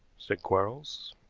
said quarles.